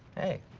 hey,